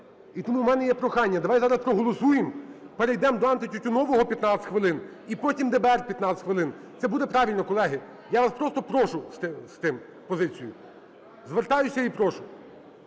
І тому у мене є прохання: давайте зараз проголосуємо, перейдемо до антитютюнового – 15 хвилин, і потім ДБР – 15 хвилин. Це буде правильно, колеги. Я вас просто прошу з тим, позицію… Звертаюся і прошу.